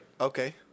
Okay